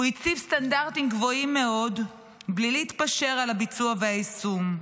הוא הציב סטנדרטים גבוהים מאוד בלי להתפשר על הביצוע והיישום.